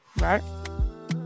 right